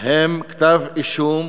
הם כתב-אישום